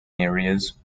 areas